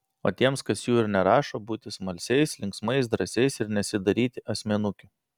o tiems kas jų ir nerašo būti smalsiais linksmais drąsiais ir nesidaryti asmenukių